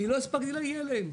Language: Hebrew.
כי לא הספקתי להגיע אליהם.